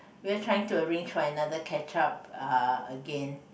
we were trying to arrange for another catch up uh again